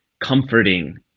comforting